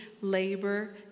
labor